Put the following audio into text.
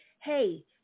hey